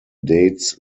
dates